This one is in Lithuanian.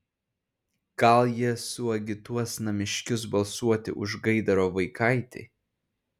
gal jie suagituos namiškius balsuoti už gaidaro vaikaitį